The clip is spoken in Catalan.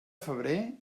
febrer